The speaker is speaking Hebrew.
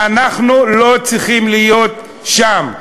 ואנחנו לא צריכים להיות שם,